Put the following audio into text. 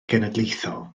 genedlaethol